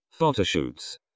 photoshoots